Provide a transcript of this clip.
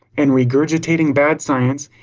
and regurgitating bad science,